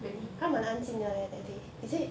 really is it